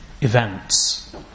events